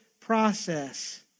process